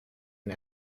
and